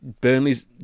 Burnley's